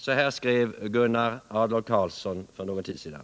Så här skrev Gunnar Adler-Karlsson för någon tid sedan: